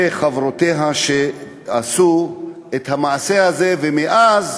וחברותיה, שעשו את המעשה הזה, ומאז